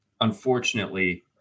unfortunately